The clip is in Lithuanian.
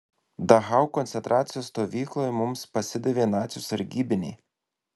dachau koncentracijos stovykloje mums pasidavė nacių sargybiniai